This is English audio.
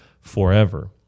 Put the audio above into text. forever